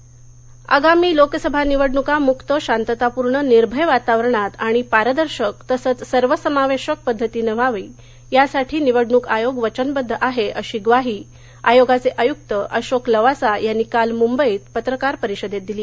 निवडणक आयोग आगामी लोकसभा निवडणुका मुक्त शांततापूर्ण निर्भय वातावरणात आणि पारदर्शक तसंच सर्वसमावेशक पद्धतीनं व्हावी यासाठी निवडणुक आयोग वचनबद्ध आहे अशी ग्वाही आयोगाचे आयुक्त अशोक लवासा यांनी काल मुंबईत पत्रकार परिषदेत दिली